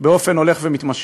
עוסקים בכול, חוץ מבמה